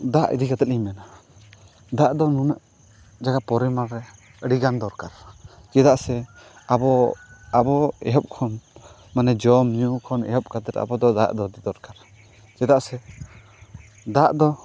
ᱫᱟᱜ ᱤᱫᱤ ᱠᱟᱛᱮᱫ ᱞᱤᱧ ᱢᱮᱱᱟ ᱫᱟᱜ ᱫᱚ ᱱᱩᱱᱟᱹᱜ ᱡᱟᱭᱜᱟ ᱯᱚᱨᱤᱢᱟᱱᱨᱮ ᱟᱹᱰᱤᱜᱟᱱ ᱫᱚᱨᱠᱟᱨ ᱪᱮᱫᱟᱜ ᱥᱮ ᱟᱵᱚ ᱟᱵᱚ ᱮᱦᱚᱵ ᱠᱷᱚᱱ ᱢᱟᱱᱮ ᱡᱚᱢᱼᱧᱩ ᱠᱷᱚᱱ ᱮᱦᱚᱵ ᱠᱟᱛᱮᱫ ᱟᱵᱚᱫᱚ ᱫᱟᱜ ᱫᱚ ᱟᱹᱰᱤ ᱫᱚᱨᱠᱟᱨ ᱪᱮᱫᱟᱜ ᱥᱮ ᱫᱟᱜ ᱫᱚ